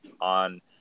on